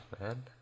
man